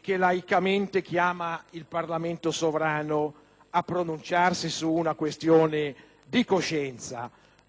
che laicamente chiama il Parlamento sovrano a pronunciarsi su una questione di coscienza, non su un caso,